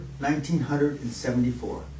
1974